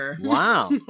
wow